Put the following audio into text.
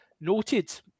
noted